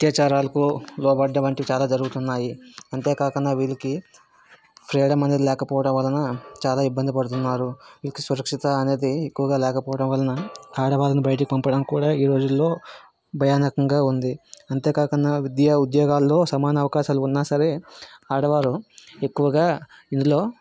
అత్యాచారాలకు లోబడం వంటి చాలా జరుగుతున్నాయి అంతేకాకున్న వీరికి ఫ్రీడమ్ అనేది లేకపోవడం వలన చాలా ఇబ్బంది పడుతున్నారు వీరికి సురక్షిత అనేది ఎక్కువగా లేకపోవడం వలన ఆడవాళ్ళను బయటకి పంపడానికి కూడా ఈ రోజుల్లో భయానకంగా ఉంది అంతేకాకున్న విద్య ఉద్యోగాల్లో సమాన అవకాశాలు ఉన్న సరే ఆడవారు ఎక్కువగా ఇందులో